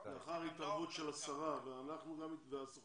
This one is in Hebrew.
לאחר התערבות השרה והסוכנות.